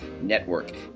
Network